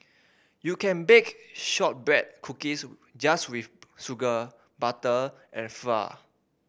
you can bake shortbread cookies just with sugar butter and flour